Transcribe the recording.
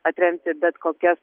atremti bet kokias